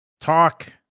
talk